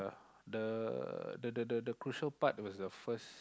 the the the the the crucial part was the first